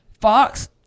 Fox